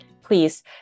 Please